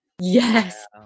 Yes